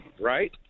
right